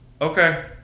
okay